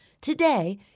Today